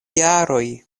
jaroj